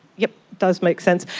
yeah does make sense.